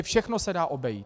Všechno se dá obejít.